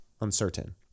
uncertain